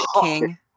king